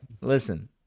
listen